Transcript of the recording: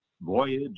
voyage